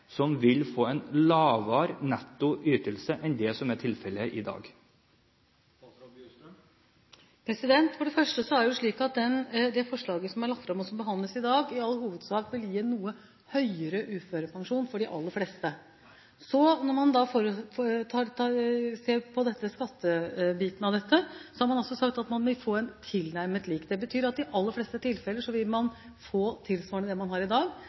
det vil være en del grupper her som vil få en lavere nettoytelse enn det som er tilfellet i dag? For det første er det slik at det forslaget som er lagt fram, og som behandles i dag, i all hovedsak vil gi en noe høyere uførepensjon for de aller fleste. Når man ser på skattebiten av dette, har man sagt at man vil få tilnærmet lik utbetaling. Det betyr at man i de aller fleste tilfeller vil få tilsvarende det man har i dag,